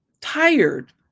tired